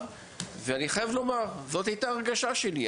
ואני חייב לומר שזו הייתה ההרגשה שלי.